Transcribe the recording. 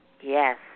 Yes